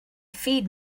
feed